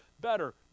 better